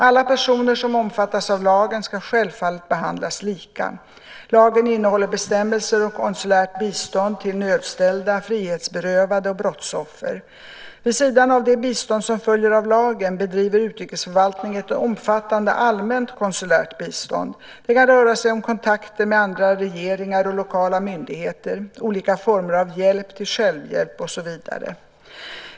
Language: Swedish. Alla personer som omfattas av lagen ska självfallet behandlas lika. Lagen innehåller bestämmelser om konsulärt bistånd till nödställda, frihetsberövade och brottsoffer. Vid sidan av det bistånd som följer av lagen bedriver utrikesförvaltningen ett omfattande allmänt konsulärt bistånd. Det kan röra sig om kontakter med andra regeringar och lokala myndigheter, olika former av hjälp till självhjälp och så vidare.